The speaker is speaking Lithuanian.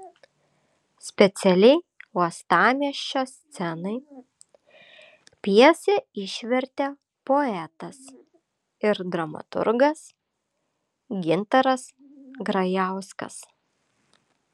specialiai uostamiesčio scenai pjesę išvertė poetas ir dramaturgas gintaras grajauskas